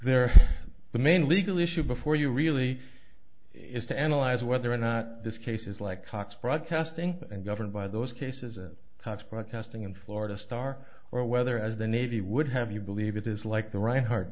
there the main legal issue before you really is to analyze whether or not this case is like cox broadcasting and governed by those cases of cops broadcasting in florida star or whether as the navy would have you believe it is like the r